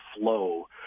flow